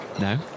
No